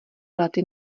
lety